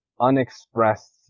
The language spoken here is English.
unexpressed